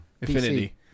Infinity